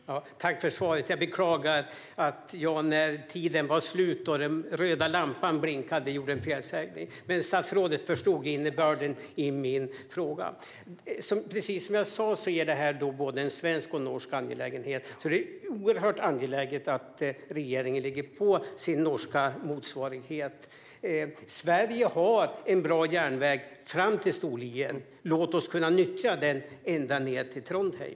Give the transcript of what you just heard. Fru talman! Jag vill tacka för svaret. Jag beklagar att jag när tiden var slut och den röda lampan blinkade gjorde en felsägning. Men statsrådet förstod innebörden i min fråga. Precis som jag sa är det en både svensk och norsk angelägenhet. Det är oerhört angeläget att regeringen ligger på sin norska motsvarighet. Sverige har en bra järnväg fram till Storlien. Låt oss kunna nyttja den ända ned till Trondheim!